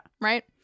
right